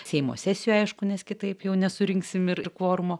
seimo sesijų aišku nes kitaip jau nesurinksim ir ir kvorumo